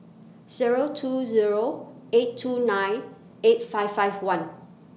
Zero two Zero eight two nine eight five five one